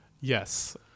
Yes